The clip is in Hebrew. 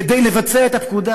כדי לבצע את הפקודה,